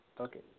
Okay